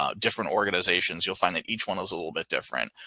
ah different organizations, you'll find that each one is a little bit different.